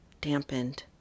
dampened